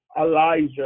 Elijah